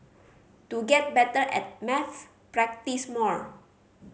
to get better at maths practise more